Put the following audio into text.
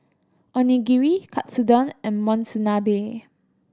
Onigiri Katsudon and Monsunabe